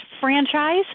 franchise